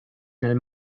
nel